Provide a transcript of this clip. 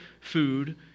food